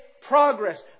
progress